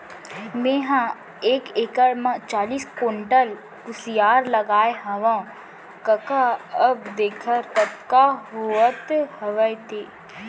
मेंहा एक एकड़ म चालीस कोंटल कुसियार लगाए हवव कका अब देखर कतका होवत हवय ते